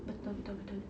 betul betul betul